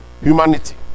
humanity